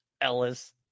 Ellis